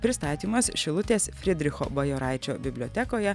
pristatymas šilutės fridricho bajoraičio bibliotekoje